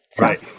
Right